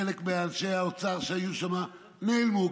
חלק מאנשי האוצר שהיו שם נעלמו,